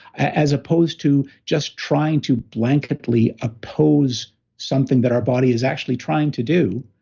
as opposed to just trying to blanketly oppose something that our body is actually trying to do,